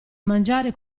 mangiare